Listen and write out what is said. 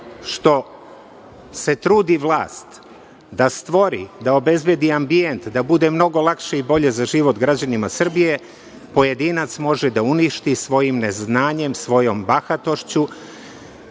što se trudi vlast da stvori, da obezbedi ambijent, da bude mnogo lakše i bolje za život građanima Srbije, pojedinac može da uništi svojim neznanjem, svojom bahatošću